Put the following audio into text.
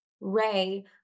ray